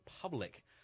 public